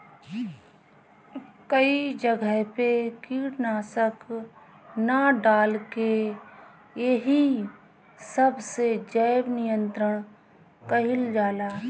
कई जगह पे कीटनाशक ना डाल के एही सब से जैव नियंत्रण कइल जाला